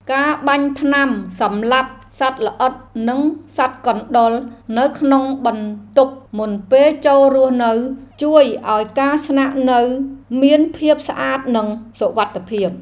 ការបាញ់ថ្នាំសម្លាប់សត្វល្អិតនិងសត្វកណ្តុរនៅក្នុងបន្ទប់មុនពេលចូលរស់នៅជួយឱ្យការស្នាក់នៅមានភាពស្អាតនិងសុវត្ថិភាព។